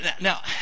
Now